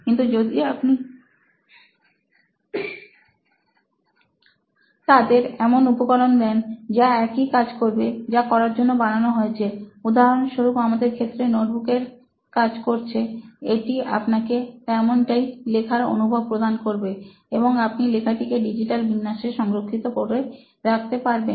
কিন্তু যদি আপনি তাদের এমন উপকরণ দেন যা একই কাজ করবে যা করার জন্য বানানো হয়েছে উদাহরণস্বরূপ আমাদের ক্ষেত্রে নোটবুকের কাজ করছে এটা আপনাকে তেমনটাই লেখার অনুভব প্রদান করবে এবং আপনি লেখাটিকে ডিজিটাল বিন্যাসে সংরক্ষিত করে রাখতে পারবেন